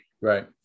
Right